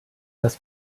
das